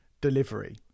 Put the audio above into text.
delivery